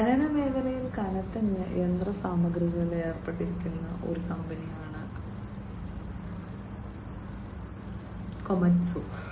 ഖനനമേഖലയിൽ കനത്ത യന്ത്രസാമഗ്രികളിൽ ഏർപ്പെട്ടിരിക്കുന്ന ഒരു കമ്പനിയാണ് കൊമത്സു